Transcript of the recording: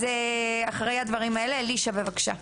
אלישע, בבקשה.